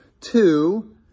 two